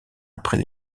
après